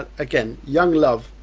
ah again young love,